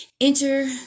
Enter